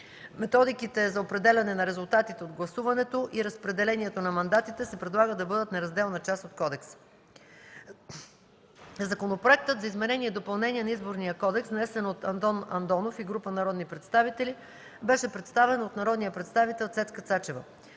Методиките за определяне на резултатите от гласуването и разпределението на мандатите се предлага да бъдат неразделна част от кодекса. Законопроектът за изменение и допълнение на Изборния кодекс, внесен от Андон Андонов и група народни представители, беше представен от народния представител Цецка Цачева.